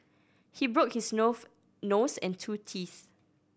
he broke his nose and two teeth